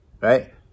right